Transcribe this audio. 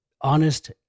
honest